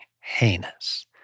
heinous